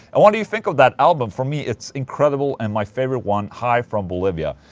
and what do you think of that album? for me it's incredible and my favorite one, hi from bolivia.